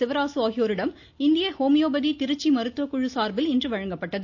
சிவராசு ஆகியோரிடம் இந்திய ஹோமியோபதி திருச்சி மருத்துவக்குழு சார்பில் இன்று வழங்கப்பட்டது